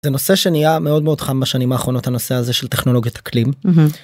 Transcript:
זה נושא שנהיה מאוד מאוד חם בשנים האחרונות הנושא הזה של טכנולוגיית אקלים.